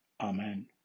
Amen